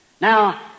Now